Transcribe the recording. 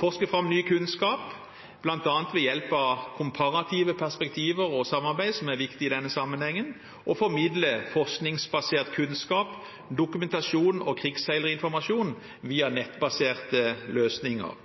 forske fram ny kunnskap, bl.a. ved hjelp av komparative perspektiver og samarbeid, som er viktig i denne sammenhengen, og formidle forskningsbasert kunnskap, dokumentasjon og krigsseilerinformasjon via nettbaserte løsninger.